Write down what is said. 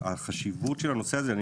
החשיבות של הנושא הזה,